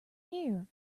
here